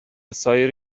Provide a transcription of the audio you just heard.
سایر